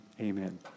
amen